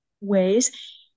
ways